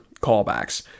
callbacks